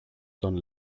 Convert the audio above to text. τον